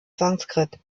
sanskrit